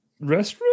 restroom